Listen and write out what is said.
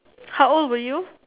how old were you